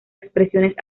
expresiones